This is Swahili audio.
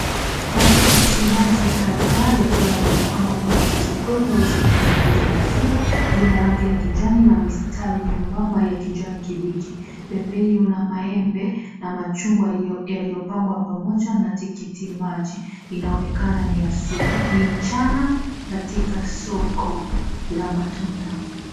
Matikiti maji kadhaa yakiwa yamepangwa pamoja sokoni au sehemu ya kuuza matunda. Zina rangi ya kijani na mistari nyembamba ya kijani kibichi. Pembeni mna maembe na machungwa yaliyopangwa pamoja na tikiti maji. Inaonekana ni mchana katika soko la matunda.